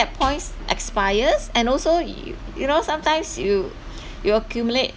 points expires and also you you know sometimes you you accumulate